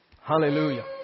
Hallelujah